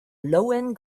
laouen